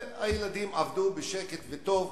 והילדים עבדו בשקט וטוב.